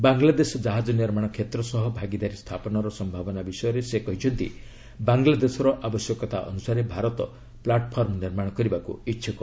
ବାଂଲାଦେଶ ଜାହାଜ ନିର୍ମାଣ କ୍ଷେତ୍ର ସହ ଭାଗିଦାରୀ ସ୍ଥାପନର ସମ୍ଭାବନା ବିଷୟରେ ସେ କହିଛନ୍ତି ବାଂଲାଦେଶର ଆବଶ୍ୟକତା ଅନୁସାରେ ଭାରତ ପ୍ଲାଟ୍ଫର୍ମ ନିର୍ମାଣ କରିବାକୁ ଇଚ୍ଛକ